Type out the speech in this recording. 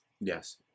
Yes